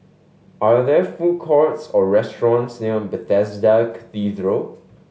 are there food courts or restaurants near Bethesda Cathedral